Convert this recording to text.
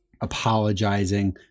apologizing